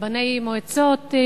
רבני מועצות,